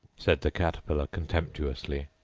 said the caterpillar contemptuously.